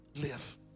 live